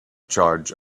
charge